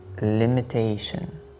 limitation